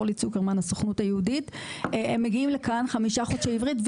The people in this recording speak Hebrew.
הם מגיעים לכאן לחמישה חודשי עברית,